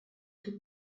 two